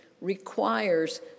requires